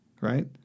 Right